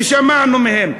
ושמענו מהם.